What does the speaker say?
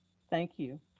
thank you.